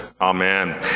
amen